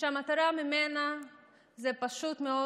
שהמטרה שלה היא פשוט מאוד